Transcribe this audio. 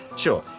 sure.